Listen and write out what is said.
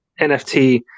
NFT